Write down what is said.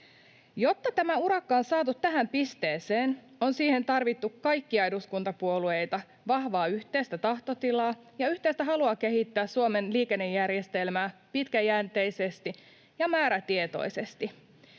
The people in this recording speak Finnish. Jotta tämä urakka on saatu tähän pisteeseen, on siihen tarvittu kaikkia eduskuntapuolueita, vahvaa yhteistä tahtotilaa ja yhteistä halua kehittää Suomen liikennejärjestelmää pitkäjänteisesti ja määrätietoisesti.